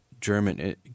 German